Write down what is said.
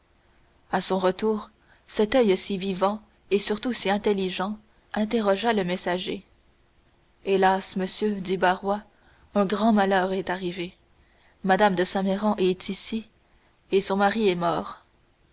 à son retour cet oeil si vivant et surtout si intelligent interrogea le messager hélas monsieur dit barrois un grand malheur est arrivé mme de saint méran est ici et son mari est mort